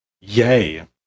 yay